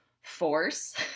force